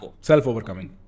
Self-overcoming